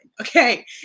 okay